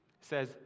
says